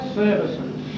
services